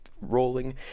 rolling